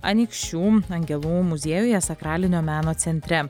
anykščių angelų muziejuje sakralinio meno centre